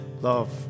Love